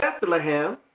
Bethlehem